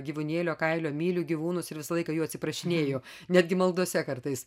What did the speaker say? gyvūnėlio kailio myliu gyvūnus ir visą laiką jų atsiprašinėju netgi maldose kartais